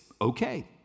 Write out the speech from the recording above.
okay